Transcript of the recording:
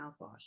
mouthwash